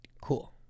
Cool